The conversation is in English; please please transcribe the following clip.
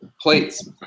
plates